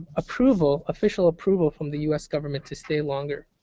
approval official approval from the u s. government to stay longer.